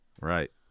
Right